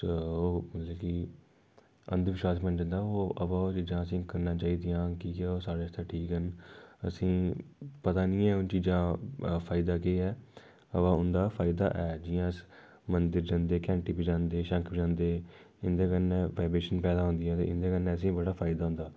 ओह् मतलब कि अन्ध विश्वास मन्नेआ जंदा ऐ ओह् अवा असें गी करना चाहिदियां जियां कि ओह् साढ़ै ठीक न असें पता नी ऐ उनें चीज़ां फायदा केह् ऐ अवा उं'दा फायदा ऐ जियां अस मंदर जंदे घैंटी बजांदे शंख बजांदे इंदे कन्नै वाईव्रेशन पैदा होंदियां ते इं'दे कन्नै असें गी बड़ा फायदा होंदा